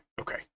okay